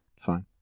fine